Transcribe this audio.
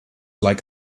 like